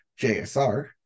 JSR